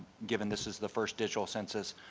given this is the first digital census,